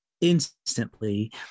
instantly